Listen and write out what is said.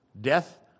Death